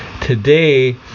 Today